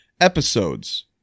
episodes